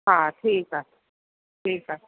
हा ठीकु आहे ठीकु आहे